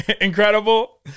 incredible